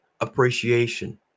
appreciation